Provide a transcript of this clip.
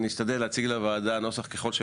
הרוב.